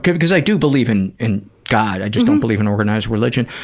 cause cause i do believe in in god i just don't believe in organized religion.